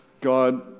God